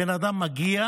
כשבן אדם מגיע,